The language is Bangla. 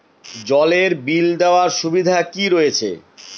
জলের বিল দেওয়ার সুবিধা কি রয়েছে?